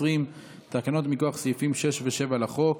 תקנות מכוח סעיפים 6 ו-7 לחוק.